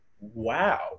Wow